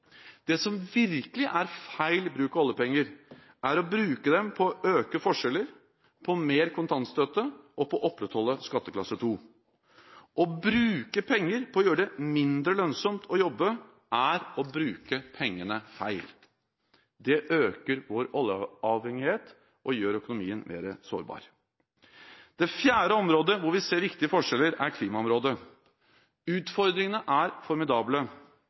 Det som virkelig er feil bruk av oljepenger, er å bruke dem på å øke forskjeller, på mer kontantstøtte, og på å opprettholde skatteklasse 2. Å bruke penger på å gjøre det mindre lønnsomt å jobbe er å bruke pengene feil. Det øker vår oljeavhengighet og gjør økonomien mer sårbar. Det fjerde området hvor vi ser viktige forskjeller, er på klimaområdet. Utfordringene er formidable.